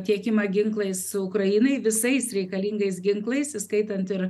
tiekimą ginklais ukrainai visais reikalingais ginklais įskaitant ir